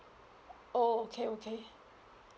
oh okay okay